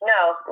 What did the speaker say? no